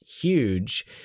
huge